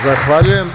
Zahvaljujem.